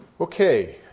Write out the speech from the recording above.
Okay